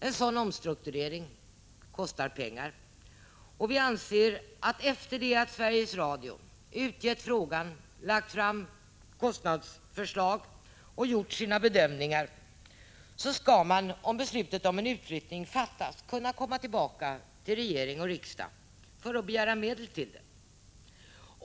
En sådan omstrukturering kostar pengar, och vi anser att efter det att Sveriges Radio utrett frågan, gjort sina bedömningar och redovisat kostnaderna för en förflyttning skall man om beslutet om en utflyttning fattas kunna komma tillbaka till regering och riksdag för att begära medel till den.